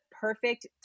perfect